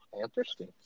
Interesting